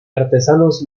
artesanos